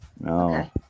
No